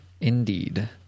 indeed